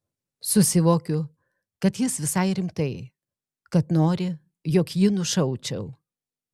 susivokiu kad jis visai rimtai kad nori jog jį nušaučiau